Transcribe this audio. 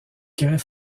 grès